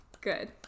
Good